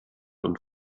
und